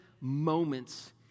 moments